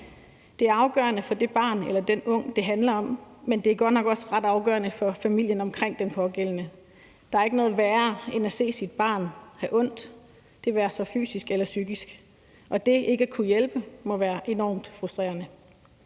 Det er afgørende for det barn eller den ung, det handler om, men det er godt nok også ret afgørende for familien omkring den pågældende. Der er ikke noget værre end at se sit barn have ondt, det være sig fysisk eller psykisk, og det ikke at kunne hjælpe må være enormt frustrerende.